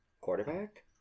quarterback